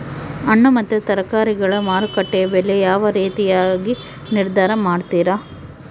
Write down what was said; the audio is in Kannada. ಹಣ್ಣು ಮತ್ತು ತರಕಾರಿಗಳ ಮಾರುಕಟ್ಟೆಯ ಬೆಲೆ ಯಾವ ರೇತಿಯಾಗಿ ನಿರ್ಧಾರ ಮಾಡ್ತಿರಾ?